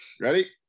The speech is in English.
Ready